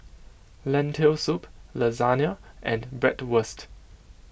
Lentil Soup Lasagne and Bratwurst